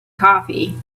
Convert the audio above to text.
coffee